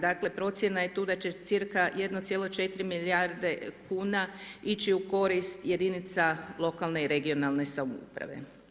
Dakle, procjena je tu da će cirka 1,4 milijarde kuna ići u korist jedinica lokalne i regionalne samouprave.